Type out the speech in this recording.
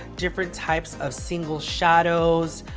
different types of single shadows.